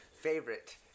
favorite